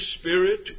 Spirit